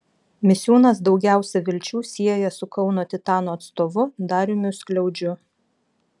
misiūnas daugiausia vilčių sieja su kauno titano atstovu dariumi skliaudžiu